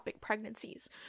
pregnancies